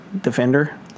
Defender